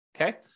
okay